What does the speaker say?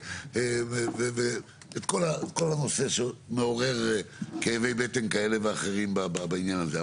את כל הנושא שמעורר כאבי בטן כאלה ואחרים בעניין הזה.